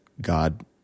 God